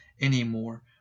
anymore